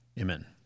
Amen